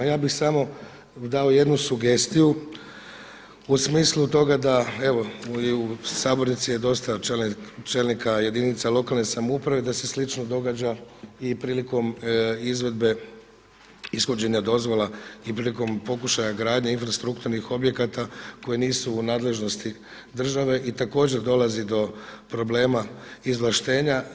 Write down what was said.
Ja bih samo dao jednu sugestiju u smislu toga da evo i u sabornici je dosta čelnika jedinica lokalne samouprave da se slično događa i prilikom izvedbe ishođenja dozvola i prilikom pokušaja gradnje infrastrukturnih objekata koji nisu u nadležnosti države i također dolazi do problema izvlaštenja.